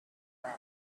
that